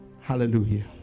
Hallelujah